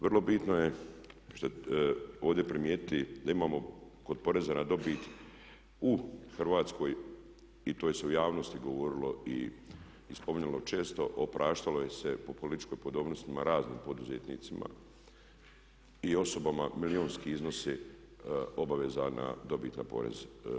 Vrlo bitno je ovdje primijetiti da imamo kod Poreza na dobit u Hrvatskoj i to se u javnosti govorilo i spominjalo često, opraštalo se po političkim podobnostima raznim poduzetnicima i osobama milijunski iznosi obaveza na dobit na porez.